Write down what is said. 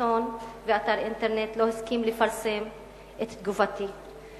עיתון ואתר אינטרנט לא הסכימו לפרסם את תגובתי.